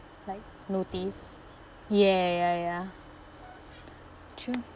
like notice ya ya ya true